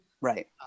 Right